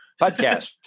Podcast